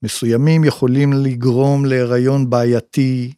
מסוימים יכולים לגרום להיריון בעייתי.